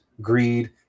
greed